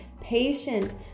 patient